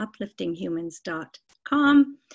upliftinghumans.com